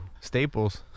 staples